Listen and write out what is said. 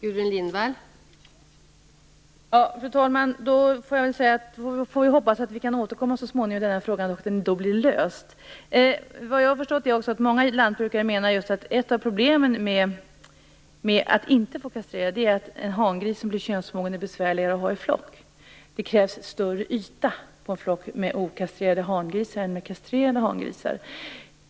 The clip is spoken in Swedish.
Fru talman! Jag får hoppas att vi så småningom kan återkomma i den här frågan och att problemet då blir löst. Såvitt jag har förstått menar många lantbrukare också att ett av problemen med att inte få kastrera är att en hangris som blir könsmogen är besvärligare att ha i flock. Det krävs större yta för en flock med okastrerade hangrisar än en med kastrerade hangrisar.